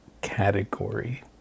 category